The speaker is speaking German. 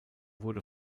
wurde